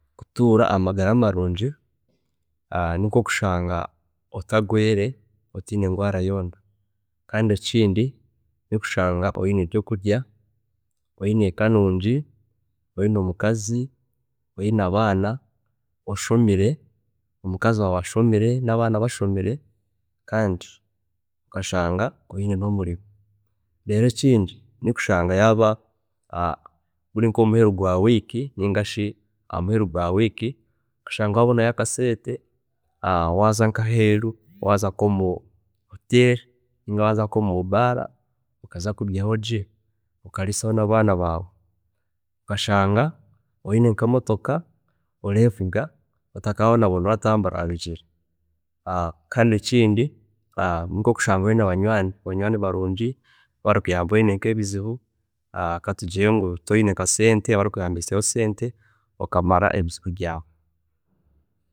﻿Okutuura amagara marungi nikokuushanga otarwiire otiine endwaara yoona, kandi ekindi nokushanga oyine ebyokurya, oyine eka nungi, oyine omukazi, oyine abaana, oshomire, omukazi waawe ashomire nabaana bashomire kandi okashanga oyine nomurimo. Reero ekindi, nokushanga yaaba guri nkomuheu gwa wiiki ningashi ahamuheru gwa wiiki kushanga oyineyo nka akasente waaza nka aheeru, waaza nkomu hotel, ninga waaza nkomu baara okaza kuryaho gye okariisaho nabaana baawe, okashanga oyine nkemotoka, orevuga otakaabonabona oratambura habigyere, kandi ekindi nkokushanga oyine abanywaani, abanywaani barungi barakuyamba waaba oyine nkebizibu katugire ngu toyine ka sente, barakuyambisayo sente okamara ebizibu byaawe.